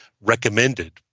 recommended